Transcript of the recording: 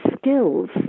skills